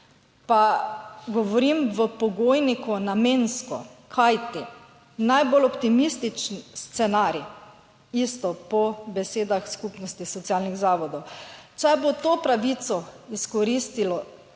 Pa govorim v pogojniku namensko, kajti najbolj optimističen scenarij, isto po besedah Skupnosti socialnih zavodov, če bo to pravico izkoristilo